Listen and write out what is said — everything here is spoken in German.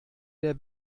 der